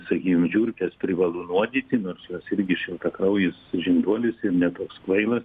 sakykim žiurkes privalu nuodyti nors jos irgi šiltakraujis žinduolis ir ne toks kvailas